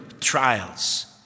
trials